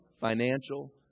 financial